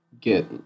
get